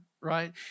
right